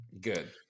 good